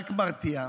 רק מרתיע,